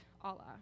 Allah